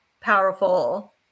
powerful